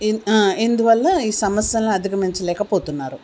ఎందువల్ల ఈ సమస్యలను అధిగమించలేకపోతున్నారు